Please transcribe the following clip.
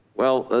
well,